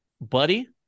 buddy